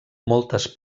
moltes